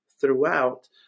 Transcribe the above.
throughout